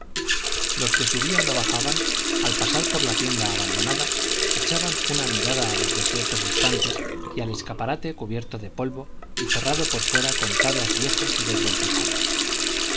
los que subían o bajaban al pasar por la tienda abandonada echaban una mirada a los desiertos estantes y al escaparate cubierto de polvo y cerrado por fuera con tablas viejas y desvencijadas